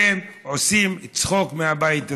אתם עושים צחוק מהבית הזה,